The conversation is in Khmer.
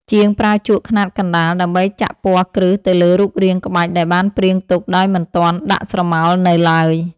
ជាងប្រើជក់ខ្នាតកណ្ដាលដើម្បីចាក់ពណ៌គ្រឹះទៅលើរូបរាងក្បាច់ដែលបានព្រាងទុកដោយមិនទាន់ដាក់ស្រមោលនៅឡើយ។